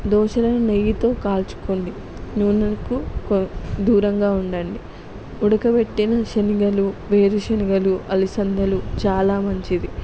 దోశలను నెయ్యితో కాల్చుకోండి నూనెలకు దూరంగా ఉండండి ఉడకబెట్టిన శేనిగలు వేరుశనగలు అలసందలు చాలా మంచిది